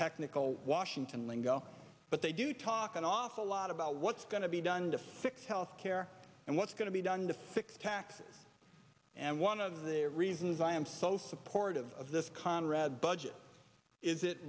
technical washington lingo but they do talk an awful lot about what's going to be done to fix health care and what's going to be done to fix taxes and one of the reasons i am so supportive of this conrad budget is it